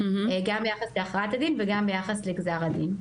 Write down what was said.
גם ביחס להכרעת הדין וגם ביחס לגזר הדין.